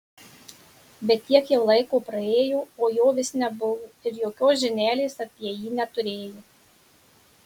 bet tiek jau laiko praėjo o jo vis nebuvo ir jokios žinelės apie jį neturėjo